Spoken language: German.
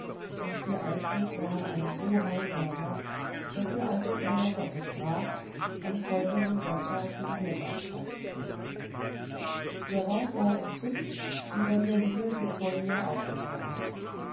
und ihr einfluß war ein so heilsamer daß der alte uhrmacher versprach am folgenden sonntage dem hochamt beizuwohnen grande war entzückt wie wenn der himmel sich vor ihr aufgethan hätte